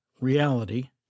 reality